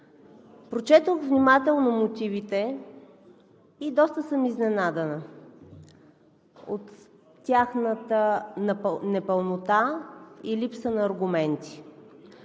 прочетох внимателно мотивите и доста съм изненадана от тяхната непълнота и липса на аргументи.